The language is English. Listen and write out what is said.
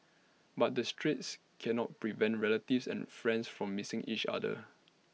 but the straits cannot prevent relatives and friends from missing each other